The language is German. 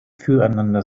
füreinander